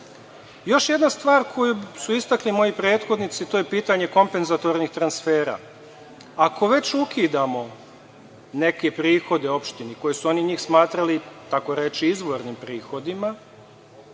jedna stvar koju su istakli moji prethodnici, to je pitanje kompenzatornih transfera. Ako već ukidamo neke prihode opštini koje su oni smatrali tako reći izvornim prihodima,